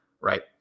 right